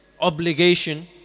obligation